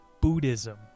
Buddhism